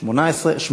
(תיקון,